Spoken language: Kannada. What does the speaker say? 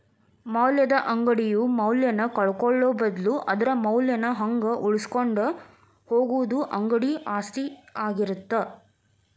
ಮೌಲ್ಯದ ಅಂಗಡಿಯು ಮೌಲ್ಯನ ಕಳ್ಕೊಳ್ಳೋ ಬದ್ಲು ಅದರ ಮೌಲ್ಯನ ಹಂಗ ಉಳಿಸಿಕೊಂಡ ಹೋಗುದ ಅಂಗಡಿ ಆಸ್ತಿ ಆಗಿರತ್ತ